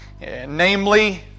Namely